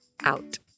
out